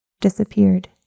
disappeared